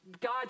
God